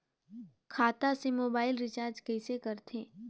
खाता से mobile recharge कइसे करथे